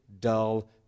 dull